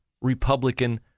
republican